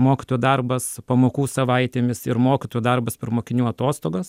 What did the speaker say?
mokytojų darbas pamokų savaitėmis ir mokytojų darbas per mokinių atostogas